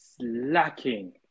slacking